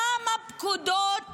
כמה פקודות